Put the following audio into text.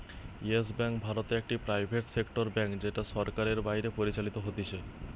yes Bank ভারতে একটি private sector bank যেটা সরকারের বাইরে পরিচালিত হতিছে